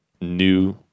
new